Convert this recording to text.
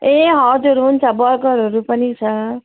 ए हजुर हुन्छ बर्गरहरू पनि छ